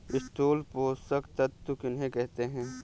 स्थूल पोषक तत्व किन्हें कहते हैं?